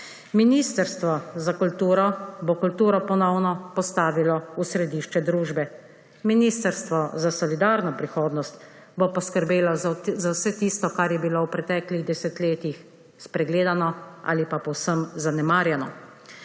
Ministrstvo za kulturo bo kulturo ponovno postavilo v središče družbe. Ministrstvo za solidarno prihodnost bo poskrbelo za vse tisto, kar je bilo v preteklih desetletjih spregledano ali pa povsem zanemarjeno,